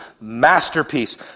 masterpiece